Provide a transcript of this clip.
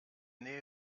nähe